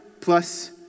plus